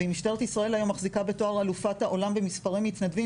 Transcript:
ואם משטרת ישראל היום מחזיקה בתואר אלופת העולם במספרי מתנדבים,